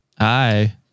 Hi